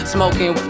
Smoking